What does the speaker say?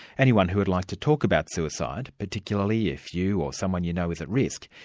anyone who would like to talk about suicide, particularly if you or someone you know is at risk,